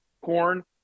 corn